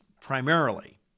primarily